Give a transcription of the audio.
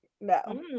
no